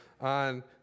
on